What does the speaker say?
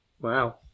Wow